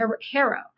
hero